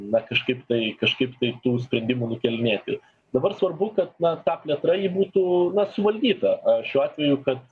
na kažkaip tai kažkaip tai tų sprendimų nukelinėti dabar svarbu kad na ta plėtra ji būtų na suvaldyta a šiuo atveju kad